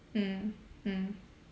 mm mm